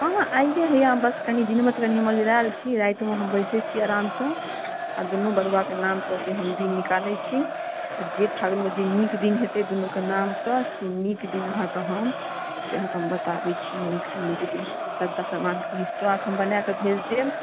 हँ हँ आइए हैया हम बस कनि दिनमे तऽ कनि हम ओझरायल छी रातिमे हम बैसै छी आरामसँ आ दुनू बड़ुआके नामसँ हम दिन निकालै छी आ जे फागुनमे दिन नीक दिन हेतै दुनूके नामसँ से नीक दिन अहाँकेँ हम से अहाँकेँ हम बताबै छी नीकसँ नीक दिन सभटा सामग्रीके लिस्टो अहाँकेँ हम बनाए कऽ भेज देब